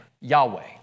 Yahweh